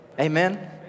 Amen